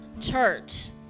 church